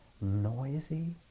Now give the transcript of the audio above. noisy